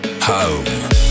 home